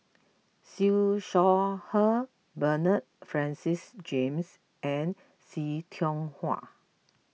Siew Shaw Her Bernard Francis James and See Tiong Wah